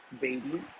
baby